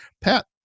Pat